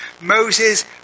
moses